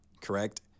correct